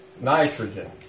nitrogen